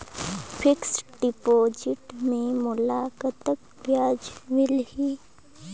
Fixed deposit मे मोला कतका ब्याज मिलही?